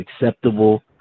acceptable